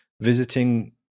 visiting